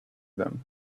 them